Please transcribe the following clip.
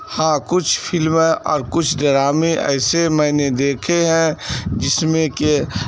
ہاں کچھ فلمیں اور کچھ ڈرامے ایسے میں نے دیکھے ہیں جس میں کہ